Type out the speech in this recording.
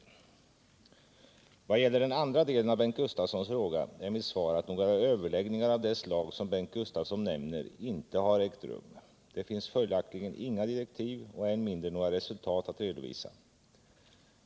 framtida militära Vad gäller den andra delen av Bengt Gustavssons fråga är mitt svar = flygplanssystem att några överläggningar av det slag som Bengt Gustavsson nämner inte har ägt rum. Det finns följaktligen inga direktiv och än mindre några resultat att redovisa.